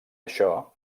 això